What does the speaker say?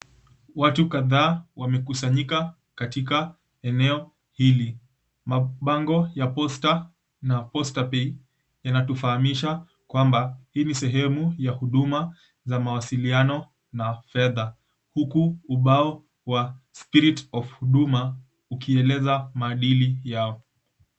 Watu kadhaa wamekusanyika katika eneo hili. Mabango ya Posta na Posta Pay inatufahamisha kwamba hii ni sehemu ya huduma za mawasiliano na fedha huku ubao wa, Spirit of Huduma, ukieleza maadili yao.